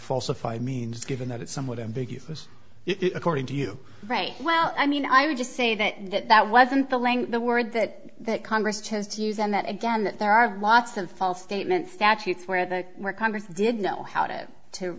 falsify means given that it's somewhat ambiguous according to you right well i mean i would just say that that that wasn't the length the word that that congress chose to use and that again that there are lots of false statements statutes where the where congress did know how to to